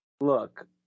Look